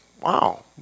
Wow